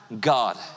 God